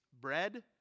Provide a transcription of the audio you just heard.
bread